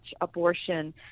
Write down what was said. abortion